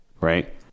right